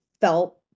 felt